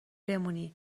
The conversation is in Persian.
بمونی